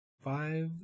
Five